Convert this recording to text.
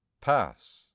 pass